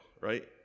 right